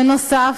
בנוסף,